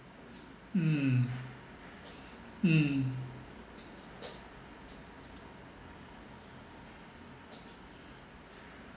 mm mm